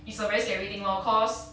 it's a very scary thing lor cause